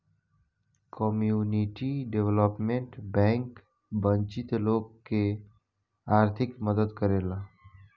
community development bank वंचित लोग के आर्थिक मदद करेला